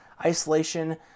isolation